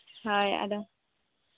ᱦᱳᱭ ᱟᱫᱚ